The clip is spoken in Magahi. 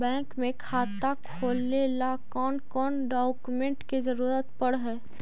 बैंक में खाता खोले ल कौन कौन डाउकमेंट के जरूरत पड़ है?